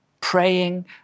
Praying